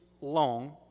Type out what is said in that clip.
long